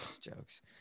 Jokes